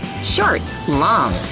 short, long,